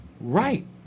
right